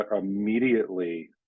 immediately